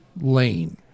lane